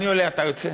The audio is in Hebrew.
אני עולה, אתה יוצא?